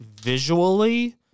visually